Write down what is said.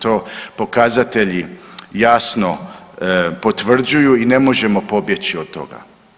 To pokazatelji jasno potvrđuju i ne možemo pobjeći od toga.